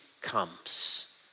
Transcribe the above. comes